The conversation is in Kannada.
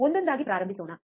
ಒಂದೊಂದಾಗಿ ಪ್ರಾರಂಭಿಸೋಣ